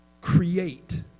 create